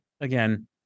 Again